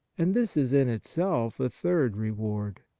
and this is in itself a third reward.